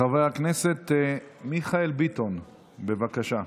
חבר הכנסת מיכאל ביטון, בבקשה.